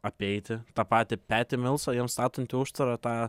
apeiti tą patį petį milsą jam statant užtvarą tą